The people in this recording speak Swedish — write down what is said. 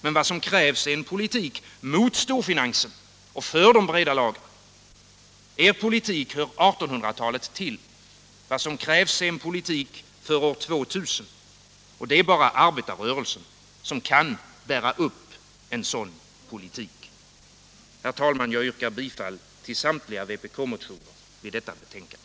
Men vad som krävs är en politik mot storfinansen och för de breda lagren. Er politik hör 1800-talet till. Vad som krävs är en politik för år 2000. Det är bara arbetarrörelsen som kan bära upp en sådan politik. Herr talman! Jag yrkar bifall till samtliga vpk-motioner som behandlas i detta betänkande.